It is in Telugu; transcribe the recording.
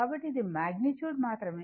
కాబట్టి ఇది మాగ్నిట్యూడ్ మాత్రమే